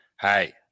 Hey